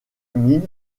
est